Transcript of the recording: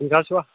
ٹھیٖک حظ چھُوا